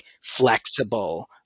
flexible